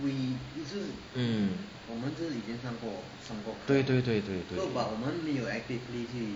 对对对对对